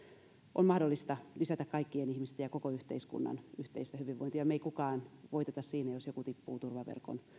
on mahdollista lisätä kaikkien ihmisten ja koko yhteiskunnan yhteistä hyvinvointia me emme kukaan voita siinä jos joku tippuu turvaverkon